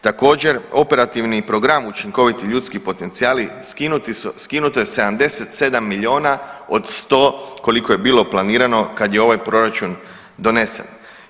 Također operativni program Učinkoviti ljudski potencijali skinuto je 77 milijuna od 100 koliko je bilo planirano kada je ovaj proračun donesen.